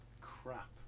crap